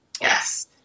Yes